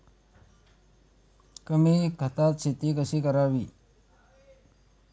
कमी खतात शेती कशी करावी?